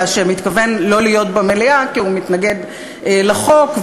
שמתכוון לא להיות במליאה כי הוא מתנגד לחוק,